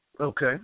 Okay